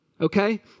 okay